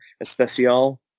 Especial